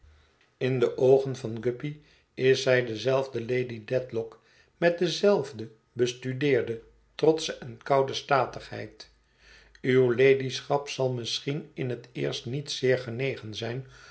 in de oogen van guppy is zij dezelfde lady dedlock met dezelfde bestudeerde trotsche en koude statigheid uwe ladyschap zal misschien in het eerst niet zeer genegen zijn